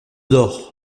d’or